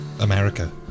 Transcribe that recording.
America